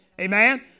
Amen